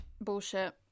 bullshit